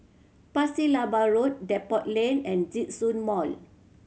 Pasir Laba Road Depot Lane and Djitsun Mall